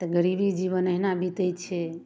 तऽ गरीबी जीवन एहिना बितै छै